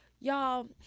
Y'all